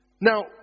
Now